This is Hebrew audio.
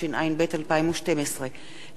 התשע"ב 2012,